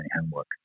homework